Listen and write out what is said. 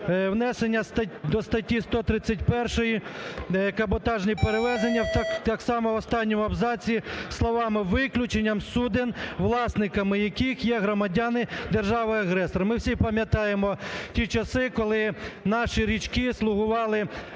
внесення до статті 131 "Каботажні перевезення" так само, в останньому абзаці словами "виключенням суден, власниками яких є громадяни держави-агресора". Ми всі пам'ятаємо ті часи, коли наші річки слугували